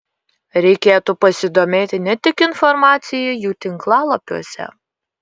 reikėtų pasidomėti ne tik informacija jų tinklalapiuose